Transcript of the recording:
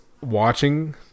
watching